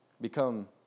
become